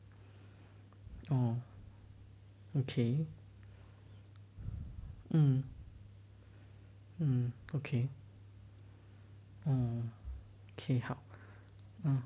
oh okay mm mm okay oh okay 好